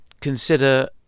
consider